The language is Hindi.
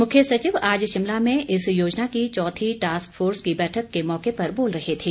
मुख्य सचिव आज शिमला में इस योजना की चौथी टास्क फोर्स कह बैठक के मौके पर बोल रहे थे